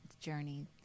journey